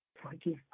forgive